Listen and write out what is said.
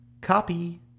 copy